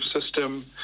system